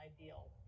ideal